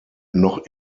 noch